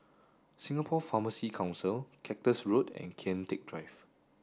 Singapore Pharmacy Council Cactus Road and Kian Teck Drive